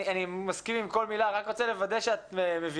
אני מסכים עם כל מילה ורק רוצה לוודא שאת מבינה,